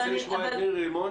אני רוצה לשמוע את מירי רימון,